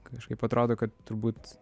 kažkaip atrodo kad turbūt